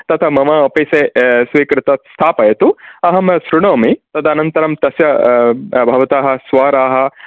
मम अफिसे स्वीकृत स्थापयतु अहं शृणोमि तद् अनन्तरं तस्य भवतः स्वराः किं